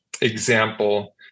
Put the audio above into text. example